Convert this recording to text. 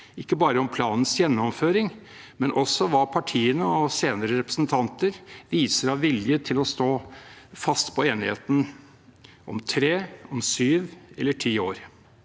ikke bare om planens gjennomføring, men også om hva partiene og senere representanter viser av vilje til å stå fast på enigheten om 3, 7 eller 10 år.